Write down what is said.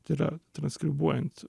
tai yra transkribuojant